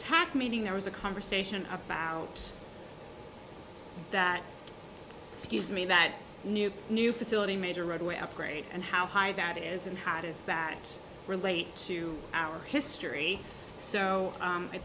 tax meeting there was a conversation about that scuse me that new new facility major roadway upgrade and how high that is and how does that relate to our history so